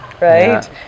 right